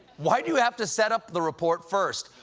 why do you have to set up the report first?